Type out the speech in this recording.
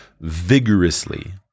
vigorously